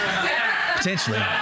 Potentially